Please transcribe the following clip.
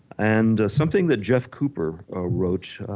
and something that jeff cooper ah wrote,